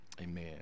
Amen